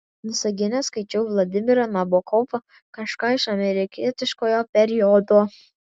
visagine skaičiau vladimirą nabokovą kažką iš amerikietiškojo periodo